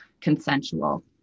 consensual